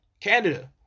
Canada